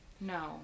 No